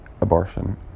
abortion